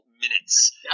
minutes